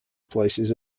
places